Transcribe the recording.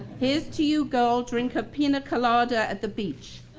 here's to you girl. drink a pina colada at the beach.